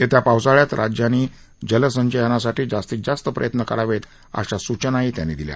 येत्या पावसाळ्यात राज्यांनी जलसंचयनासाठी जास्तीत जास्त प्रयत्न करावेत अशा सूचनाही त्यांनी दिल्या